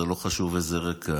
לא חשוב איזה רקע.